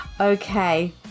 Okay